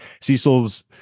Cecil's